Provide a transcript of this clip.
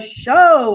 show